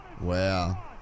Wow